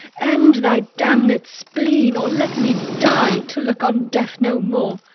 end thy damned spleen or let me die, to look on death no more!